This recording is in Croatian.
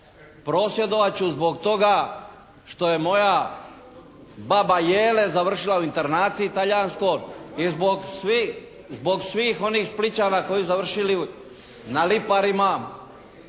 Prosvjedovat ću zbog toga što je moja baba Jele završila u internaciji talijanskoj i zbog svih, zbog svih onih Splićana koji su završili na Liparima.